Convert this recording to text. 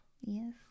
Yes